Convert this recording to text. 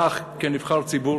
אך כנבחר ציבור